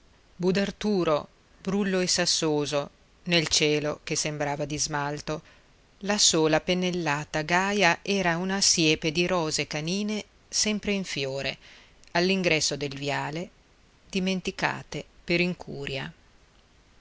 sommacchi budarturo brullo e sassoso nel cielo che sembrava di smalto la sola pennellata gaia era una siepe di rose canine sempre in fiore all'ingresso del viale dimenticate per incuria